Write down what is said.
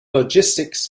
logistics